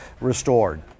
restored